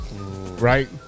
right